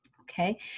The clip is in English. Okay